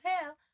hell